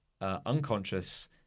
unconscious